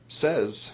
says